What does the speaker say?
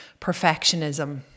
perfectionism